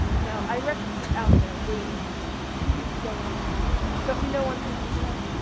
no, i reckon he's out there waiting too weak to go on but we know one thing for sure.